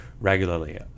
regularly